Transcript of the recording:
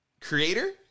creator